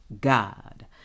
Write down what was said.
God